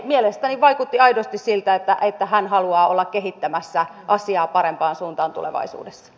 mielestäni vaikutti aidosti siltä että hän haluaa olla kehittämässä asiaa parempaan suuntaan tulevaisuudessa